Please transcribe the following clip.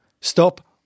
Stop